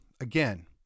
again